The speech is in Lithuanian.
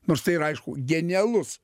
nors tai ir aišku genialus